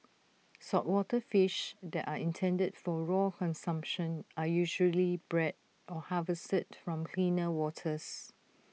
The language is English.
saltwater fish that are intended for raw consumption are usually bred or harvested from cleaner waters